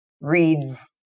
reads